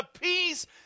peace